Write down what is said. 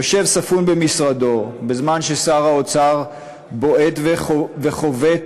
יושב ספון במשרדו בזמן ששר האוצר בועט וחובט